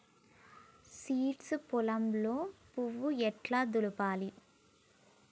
Seeds పొలంలో పువ్వు ఎట్లా దులపాలి?